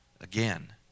again